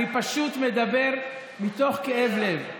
אני פשוט מדבר מתוך כאב לב,